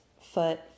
foot